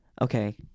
okay